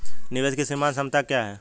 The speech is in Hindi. निवेश की सीमांत क्षमता क्या है?